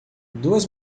duas